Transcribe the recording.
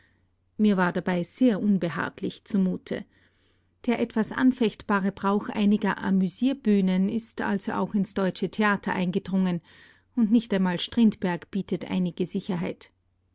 mir war dabei sehr unbehaglich zumute der etwas anfechtbare brauch einiger amüsierbühnen ist also auch ins deutsche theater eingedrungen und nicht einmal strindberg bietet einige sicherheit